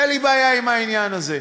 אין לי בעיה עם העניין הזה.